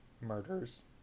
murders